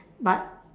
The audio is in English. but